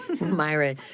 myra